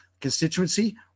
constituency